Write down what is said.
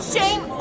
Shame